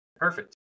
Perfect